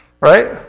Right